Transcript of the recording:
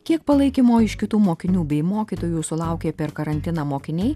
kiek palaikymo iš kitų mokinių bei mokytojų sulaukė per karantiną mokiniai